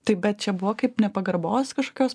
taip bet čia buvo kaip nepagarbos kažkas